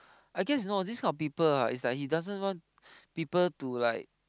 I guess know this kind of people ah is like he doesn't want people to like